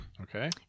Okay